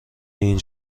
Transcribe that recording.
این